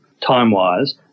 time-wise